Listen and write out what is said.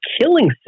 killing